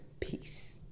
peace